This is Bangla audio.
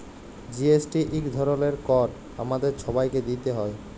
জি.এস.টি ইক ধরলের কর আমাদের ছবাইকে দিইতে হ্যয়